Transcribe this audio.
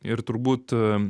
ir turbūt